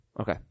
Okay